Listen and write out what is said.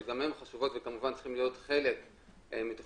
שגם הן חשובות וצריכות להיות חלק מהתכנית.